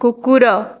କୁକୁର